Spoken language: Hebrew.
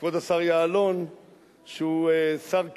כבוד השר יעלון שהוא שר כלבבי,